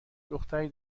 دختری